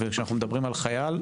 וכשאנחנו מדברים על חייל,